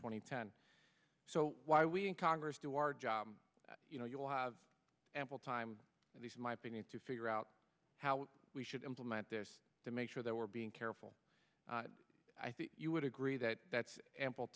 ten so why we in congress do our job you know you'll have ample time at least my opinion to figure out how we should implement this to make sure they were being careful i think you would agree that that's ample